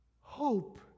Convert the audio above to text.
hope